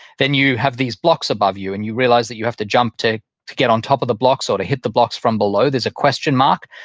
then you have these blocks above you, and you realize that you have to jump to to get on top of the blocks or to hit the blocks from below. there's a question mark.